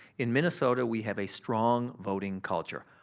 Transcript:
in minnesota we have a strong voting culture.